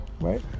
right